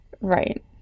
Right